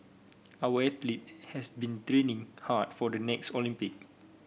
our athlete have been training hard for the next Olympic